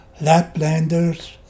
Laplanders